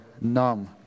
numb